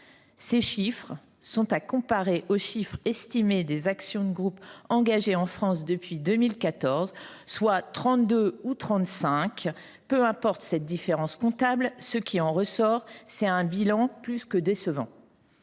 Ces chiffres sont à comparer aux trente deux ou trente cinq actions de groupe engagées en France depuis 2014. Peu importe cette différence comptable, ce qui en ressort, c’est un bilan plus que décevant.